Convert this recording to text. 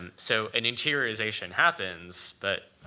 and so an interiorization happens, but